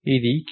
ఇది కీ